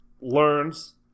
learns